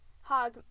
Hog